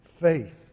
faith